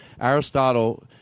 Aristotle